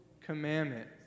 commandment